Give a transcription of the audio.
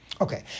Okay